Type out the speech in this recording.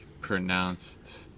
pronounced